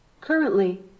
Currently